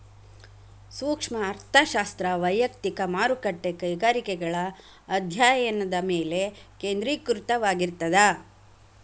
ಸೂಕ್ಷ್ಮ ಅರ್ಥಶಾಸ್ತ್ರ ವಯಕ್ತಿಕ ಮಾರುಕಟ್ಟೆ ಕೈಗಾರಿಕೆಗಳ ಅಧ್ಯಾಯನದ ಮೇಲೆ ಕೇಂದ್ರೇಕೃತವಾಗಿರ್ತದ